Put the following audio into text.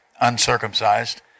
uncircumcised